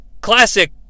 classic